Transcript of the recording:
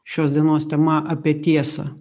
šios dienos tema apie tiesą